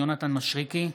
יונתן מישרקי.